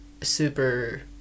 super